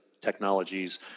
technologies